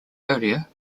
earlier